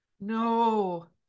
No